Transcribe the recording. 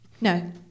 no